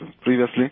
previously